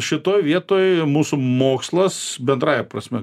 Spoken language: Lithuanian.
šitoj vietoj mūsų mokslas bendrąja prasme